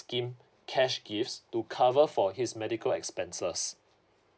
scheme cash gifts to cover for his medical expenses